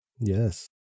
Yes